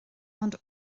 ond